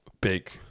big